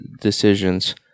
decisions